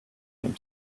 him